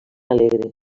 alegre